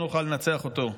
לא נוכל לנצח אותו.